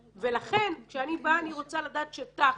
ולכן, כשאני באה אני רוצה לדעת שתכלס,